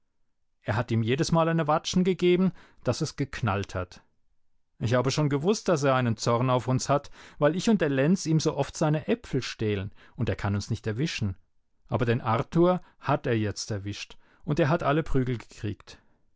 er hat ihm jedesmal eine watschen gegeben daß es geknallt hat ich habe schon gewußt daß er einen zorn auf uns hat weil ich und der lenz ihm so oft seine äpfel stehlen und er kann uns nicht erwischen aber den arthur hat er jetzt erwischt und er hat alle prügel gekriegt